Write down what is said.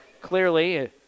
clearly